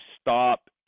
stop